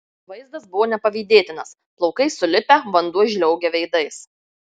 vaizdas buvo nepavydėtinas plaukai sulipę vanduo žliaugia veidais